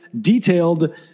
detailed